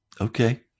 Okay